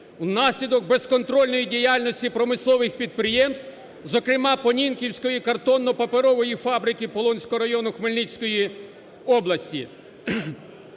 внаслідок безконтрольної діяльності промислових підприємств, зокрема, Понінківської картонно-паперової фабрики Полонського району Хмельницької області.